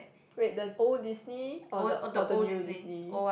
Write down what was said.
wait the old Disney or the or the new Disney